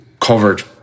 covered